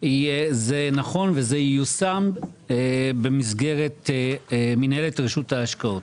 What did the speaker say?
וזה ייושם במסגרת מינהלת רשות ההשקעות.